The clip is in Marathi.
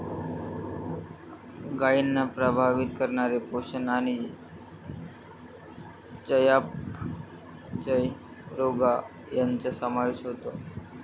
गायींना प्रभावित करणारे पोषण आणि चयापचय रोग यांचा समावेश होतो